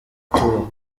tour